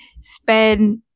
spend